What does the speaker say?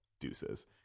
deuces